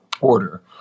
order